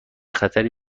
خطری